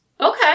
Okay